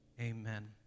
Amen